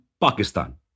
Pakistan